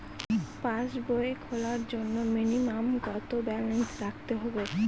পাসবই খোলার জন্য মিনিমাম কত ব্যালেন্স রাখতে হবে?